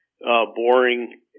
boring